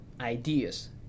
ideas